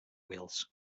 wheels